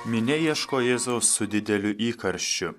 minia ieško jėzaus su dideliu įkarščiu